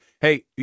hey